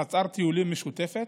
חצר טיולים משותפת,